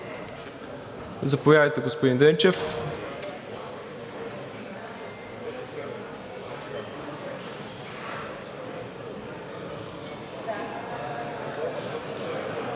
Заповядайте, господин Дренчев.